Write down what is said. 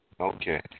Okay